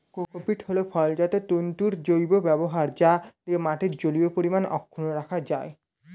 cocopeat হল ফলজাত তন্তুর জৈব ব্যবহার যা দিয়ে মাটির জলীয় পরিমাণ অক্ষুন্ন রাখা যায়